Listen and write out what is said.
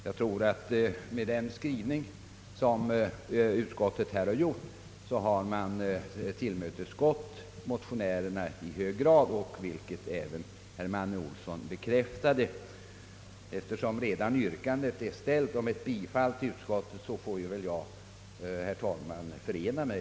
Jag tror att med den skrivning, som utskottet här gjort, har man tillmötesgått motionärerna i hög grad, vilket även herr Manne Olsson bekräftat. Herr talman! Jag instämmer i yrkandet om bifall till utskottets förslag.